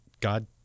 God